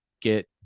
get